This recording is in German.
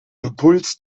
impuls